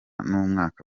n’umwaka